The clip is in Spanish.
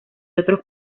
otros